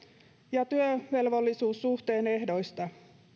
ja työvelvollisuussuhteen ehdoista